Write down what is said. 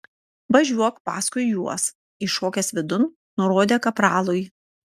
važiuok paskui juos įšokęs vidun nurodė kapralui